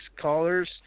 callers